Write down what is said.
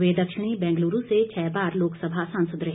वे दक्षिणी बेंगलुरू से छह बार लोकसभा सांसद रहे